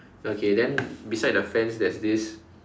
okay then beside the fence there's this